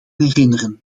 herinneren